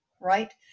right